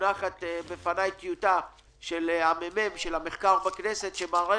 ומונחת לפניי טיוטה שלה מה-מ.מ.מ בכנסת שמראה